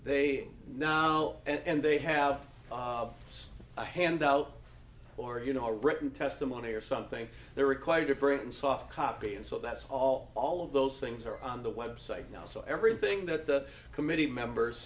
they know and they have a handout or you know written testimony or something they're required to print and soft copy and so that's all all of those things are on the website now so everything that the committee members